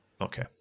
Okay